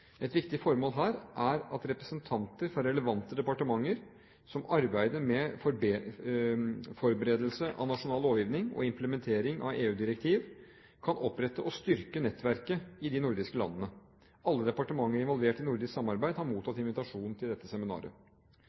Et viktig formål her er at representanter fra relevante departementer som arbeider med forberedelse av nasjonal lovgivning og implementering av EU-direktiv, kan opprette og styrke nettverket i de nordiske landene. Alle departementer involvert i nordisk samarbeid har mottatt invitasjon til dette seminaret.